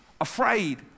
afraid